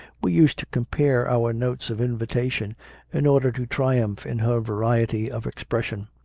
we used to compare our notes of invitation in order to triumph in her variety of ex pression.